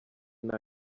nta